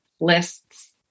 lists